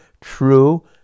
true